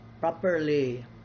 properly